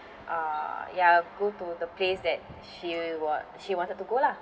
uh ya go to the place that she wa~ she wanted to go lah